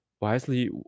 wisely